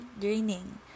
draining